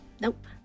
Nope